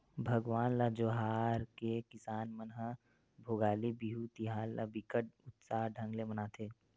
भगवान ल जोहार के किसान मन ह भोगाली बिहू तिहार ल बिकट उत्साह ढंग ले मनाथे